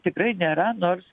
tikrai nėra nors